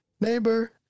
neighbor